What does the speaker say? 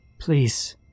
Please